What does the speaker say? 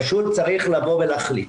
פשוט צריך לבוא ולהחליט.